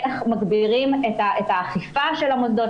איך מגבירים את האכיפה של המוסדות.